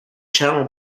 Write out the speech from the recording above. channel